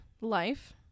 life